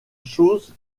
chose